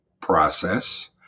process